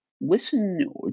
listen